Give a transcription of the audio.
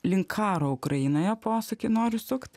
link karo ukrainoje posūkį noriu sukt